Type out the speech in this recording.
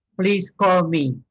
please call me.